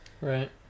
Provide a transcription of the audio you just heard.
Right